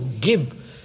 give